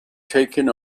taken